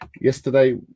yesterday